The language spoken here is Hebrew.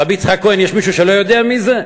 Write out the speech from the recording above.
רבי יצחק הכהן, יש מישהו שלא יודע מי זה?